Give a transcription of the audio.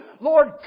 Lord